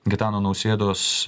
gitano nausėdos